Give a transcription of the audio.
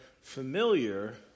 familiar